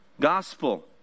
gospel